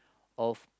of